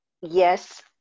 yes